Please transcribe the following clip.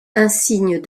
insignes